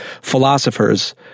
Philosophers